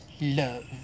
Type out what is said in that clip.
love